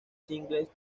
singles